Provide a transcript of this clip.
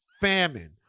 famine